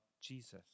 Jesus